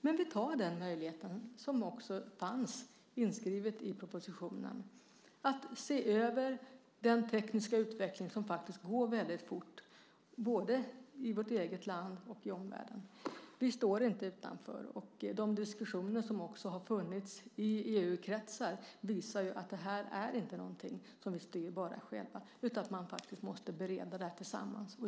Men vi tar den möjlighet som också fanns inskriven i propositionen, att se över den tekniska utveckling som faktiskt går väldigt fort både i vårt eget land och i omvärlden. Vi står inte utanför. De diskussioner som har funnits i EU-kretsar visar också att det här inte är någonting som vi styr själva, utan man måste bereda det här tillsammans.